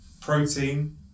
protein